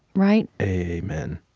right? amen.